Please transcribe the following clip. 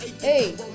Hey